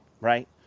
right